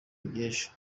iby’ejo